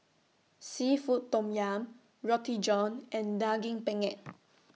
Seafood Tom Yum Roti John and Daging Penyet